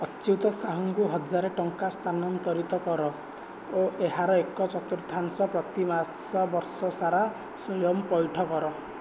ଅଚ୍ୟୁତ ସାହୁଙ୍କୁ ହଜାରେ ଟଙ୍କା ସ୍ଥାନାନ୍ତରିତ କର ଓ ଏହାର ଏକ ଚତୁର୍ଥାଂଶ ପ୍ରତିମାସ ବର୍ଷସାରା ସ୍ଵୟଂପଇଠ କର